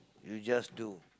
you just do